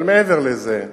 אבל מעבר לזה,